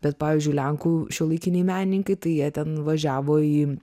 bet pavyzdžiui lenkų šiuolaikiniai menininkai tai jie ten važiavo į